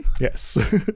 Yes